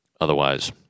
Otherwise